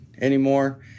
anymore